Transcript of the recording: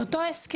על אותו הסכם,